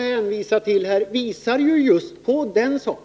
hänvisat till, visar på den saken.